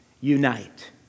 unite